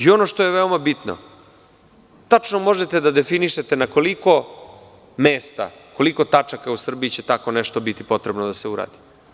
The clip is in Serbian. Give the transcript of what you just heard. Ono što je veoma bitno – tačno možete da definišete na koliko mesta, koliko tačaka u Srbiji će tako nešto biti potrebno da se uradi.